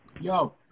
Yo